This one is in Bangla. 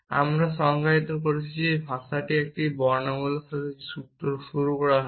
আমরা সংজ্ঞায়িত করেছি ভাষাটি একটি বর্ণমালার মাধ্যমে শুরু করা হয়েছে